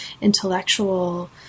intellectual